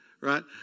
right